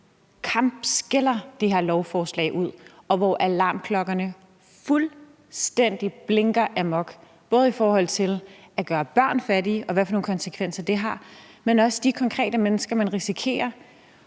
kampskælder det her lovforslag ud, og når alarmklokkerne fuldstændig blinker amok. Det gælder både i forhold til at gøre børn fattige, og hvilke konsekvenser det har, men også de konkrete mennesker, man risikerer